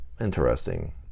Interesting